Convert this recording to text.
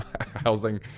housing